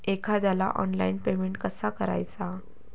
एखाद्याला online payment कसा करायचा?